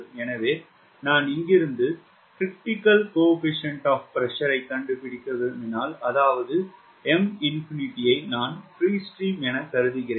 எனவே நான் இங்கிருந்து 𝐶PCR ஐ கண்டுபிடிக்க விரும்பினால் அதாவது M ஐ நான் பிரீ ஸ்ட்ரீம் என கருதுகிறேன்